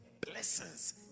blessings